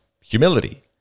humility